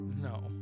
No